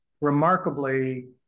remarkably